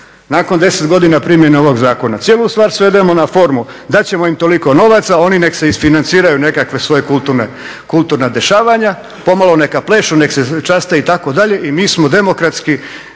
nakon 10 godina primjene ovog zakona? Cijelu stvar svedemo na formu. Dat ćemo im toliko novaca, oni nek si isfinanciraju nekakva svoja kulturna dešavanja, pomalo neka plešu, nek se časte itd. i mi smo demokratski